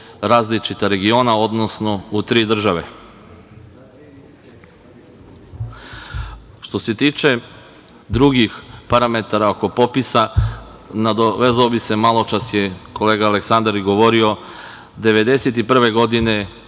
različita regiona, odnosno u tri države. Što se tiče drugih parametara oko popisa, nadovezao bih se, maločas je kolega Aleksandar i govorio, 1991. godine